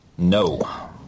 No